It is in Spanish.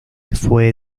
fue